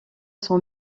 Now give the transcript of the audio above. son